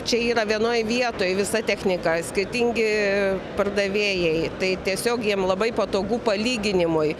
čia yra vienoj vietoj visa technika skirtingi pardavėjai tai tiesiog jiem labai patogu palyginimui